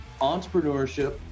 entrepreneurship